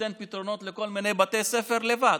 נותן פתרונות לכל מיני בתי ספר לבד,